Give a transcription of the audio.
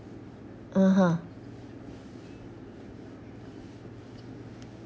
(uh huh)